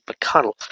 McConnell